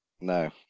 No